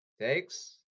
Takes